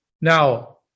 Now